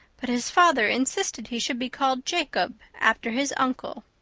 but his father insisted he should be called jacob after his uncle.